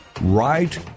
Right